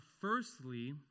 firstly